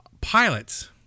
pilots